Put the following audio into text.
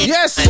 Yes